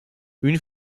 une